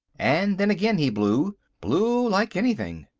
and then again he blew blew like anything.